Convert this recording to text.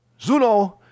Zuno